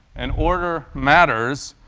and order matters,